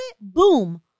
boom